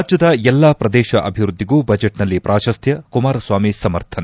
ರಾಜ್ಯದ ಎಲ್ಲಾ ಪ್ರದೇಶ ಅಭಿವೃದ್ಧಿಗೂ ಬಜೆಟ್ನಲ್ಲಿ ಪ್ರಾಶಸ್ತ್ಯ ಕುಮಾರಸ್ವಾಮಿ ಸಮರ್ಥನೆ